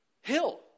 hill